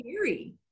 scary